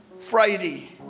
Friday